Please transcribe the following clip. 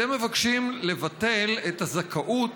אתם מבקשים לבטל את הזכאות